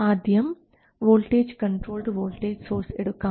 ആദ്യം voltage controlled voltage source എടുക്കാം